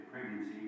pregnancy